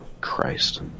Christ